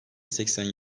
seksen